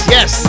Yes